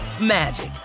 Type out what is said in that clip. magic